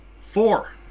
four